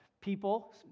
people